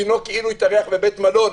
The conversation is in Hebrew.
דינו כאילו התארח בבית מלון.